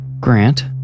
Grant